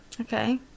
okay